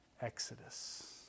exodus